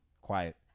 Quiet